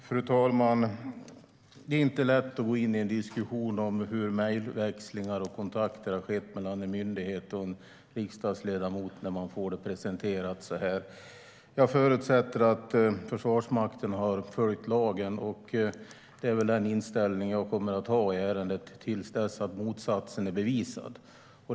Fru talman! Det är inte lätt att gå in i en diskussion om mejlväxlingar och kontakter mellan en myndighet och en riksdagsledamot när man får det presenterat på det här sättet. Jag förutsätter att Försvarsmakten har följt lagen. Det är den inställning som jag kommer att ha tills dess att motsatsen är bevisad.